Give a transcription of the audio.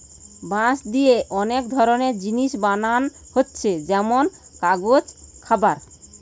বাঁশ দিয়ে অনেক ধরনের জিনিস বানানা হচ্ছে যেমন কাগজ, খাবার